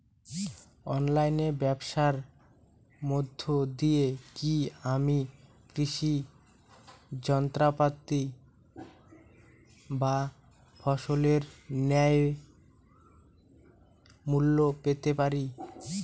অনলাইনে ব্যাবসার মধ্য দিয়ে কী আমি কৃষি যন্ত্রপাতি বা ফসলের ন্যায্য মূল্য পেতে পারি?